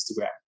Instagram